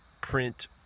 print